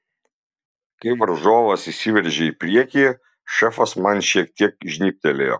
kai varžovas įsiveržė į priekį šefas man šiek tiek žnybtelėjo